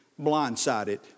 blindsided